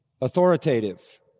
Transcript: authoritative